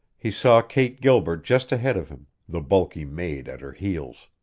he saw kate gilbert just ahead of him, the bulky maid at her heels.